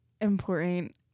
important